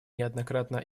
неоднократно